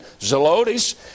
Zelotes